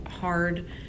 hard